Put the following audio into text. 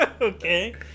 Okay